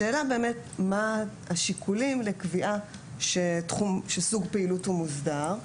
השאלה היא: מהם השיקולים לקביעה שסוג פעילות הוא מוסדר?